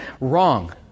Wrong